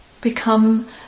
Become